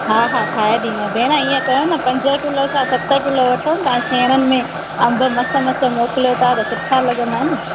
हा हा ठाहे ॾींदा भेण ईअं कयो न पंज किलो खां सत किलो वठो तव्हां सेणनि में अंब मस्त मस्त मोकिलियो तव्हां त सुठा लॻंदा न